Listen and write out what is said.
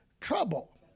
trouble